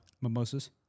mimosas